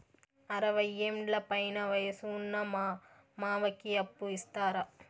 అరవయ్యేండ్ల పైన వయసు ఉన్న మా మామకి అప్పు ఇస్తారా